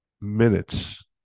minutes